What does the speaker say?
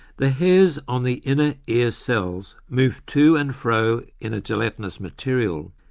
the hairs on the inner ear cells move to and fro in a gelatinous material,